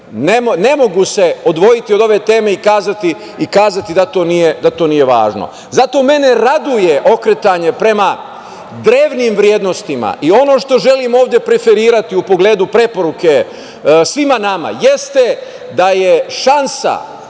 ne mogu se odvojiti od ove teme i kazati da to nije važno. Zato mene raduje okretanje prema drevnim vrednostima i ono što želim ovde preferirati u pogledu preporuke svima nama, jeste da je šansa